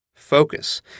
Focus